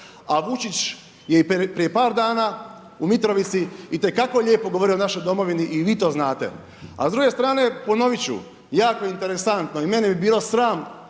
A Vučić je i prije par dana u Mitrovici itekako lijepo govorio o našoj domovini i vi to znate. A s druge strane ponoviti ću, jako interesantno i mene bi bilo sram